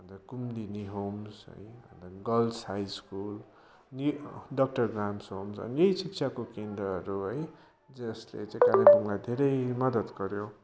अनि कुम्दिनी होम्स है अनि त girls high school doctor Graham's Homes अनि यही शिक्षाको केन्द्रहरू है जसले चाहिँ कालिम्पोङलाई धेरै मद्दत गऱ्यो